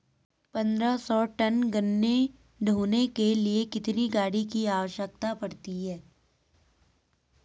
पन्द्रह सौ टन गन्ना ढोने के लिए कितनी गाड़ी की आवश्यकता पड़ती है?